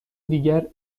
دیگر